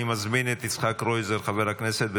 אני מזמין את חבר הכנסת יצחק קרויזר.